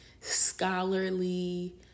scholarly